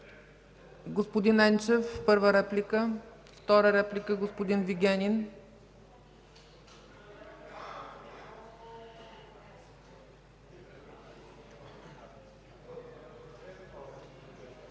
Енчев – първа реплика, втора реплика – господин Вигенин.